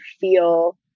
feel